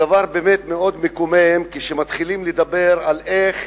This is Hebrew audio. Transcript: הדבר באמת מאוד מקומם כאשר מתחילים לדבר על איך